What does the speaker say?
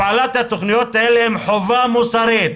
הפעלת התוכניות האלה היא חובה מוסרית,